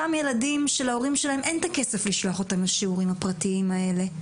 אותם ילדים שלהורים שלהם אין את הכסף לשלוח אותם לשיעורים הפרטיים האלה.